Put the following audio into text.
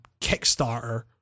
Kickstarter